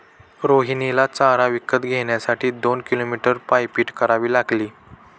रोहिणीला चारा विकत घेण्यासाठी दोन किलोमीटर पायपीट करावी लागली